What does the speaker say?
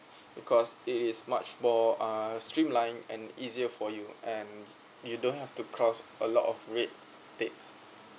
because it is much more uh streamline and easier for you and you don't have to cross a lot of red tapes